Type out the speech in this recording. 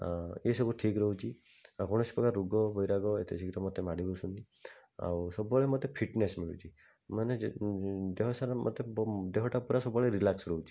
ଏସବୁ ଠିକ୍ ରହୁଛି ଆଉ କୌଣସି ପ୍ରକାର ରୋଗ ବୈରାଗ ଏତେ ଶୀଘ୍ର ମୋତେ ମାଡ଼ି ବସୁନି ଆଉ ସବୁବେଳେ ମୋତେ ଫିଟନେସ୍ ମିଳୁଛି ମାନେ ଦେହସାରା ମୋତେ ଦେହଟା ପୁରା ରିଲାକ୍ସ ରହୁଛି